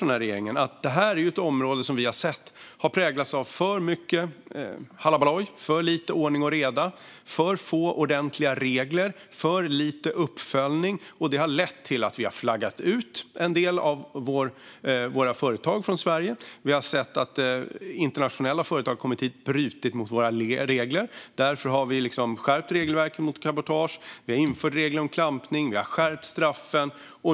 Vi har sett att detta område har präglats av för mycket hallaballoj, för lite ordning och reda, för få ordentliga regler och för lite uppföljning. Det har lett till att vi har flaggat ut en del av våra företag från Sverige. Vi har sett att internationella företag har kommit hit och brutit mot våra regler. Därför har vi skärpt regelverket när det gäller cabotage. Vi har infört regler om klampning. Vi har skärpt straffen.